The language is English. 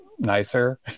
nicer